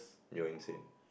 you are insane